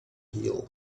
hill